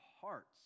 hearts